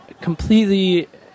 completely